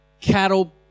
cattle